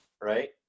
right